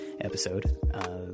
episode